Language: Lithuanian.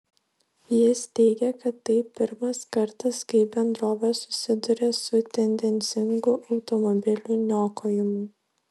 jis teigė kad tai pirmas kartas kai bendrovė susiduria su tendencingu automobilių niokojimu